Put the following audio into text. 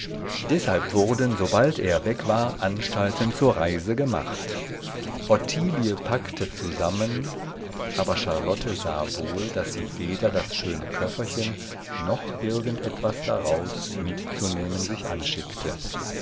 deshalb wurden sobald er weg war anstalten zur reise gemacht ottilie packte zusammen aber charlotte sah wohl daß sie weder das schöne köfferchen noch irgend etwas daraus mitzunehmen sich anschickte